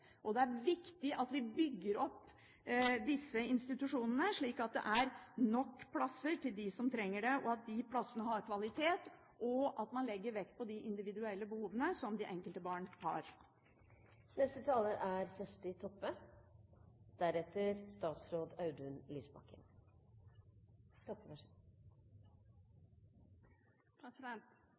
respekt. Det er viktig at vi bygger opp disse institusjonene slik at det er nok plasser til dem som trenger det, at de plassene har kvalitet, og at man legger vekt på de individuelle behovene som det enkelte barn har.